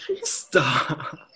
Stop